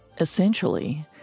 Essentially